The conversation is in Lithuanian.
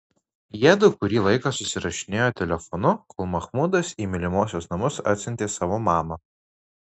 jiedu kurį laiką susirašinėjo telefonu kol mahmudas į mylimosios namus atsiuntė savo mamą